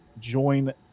join